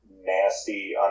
nasty